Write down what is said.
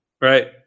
Right